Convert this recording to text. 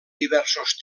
diversos